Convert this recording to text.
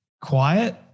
quiet